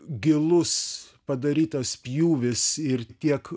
gilus padarytas pjūvis ir tiek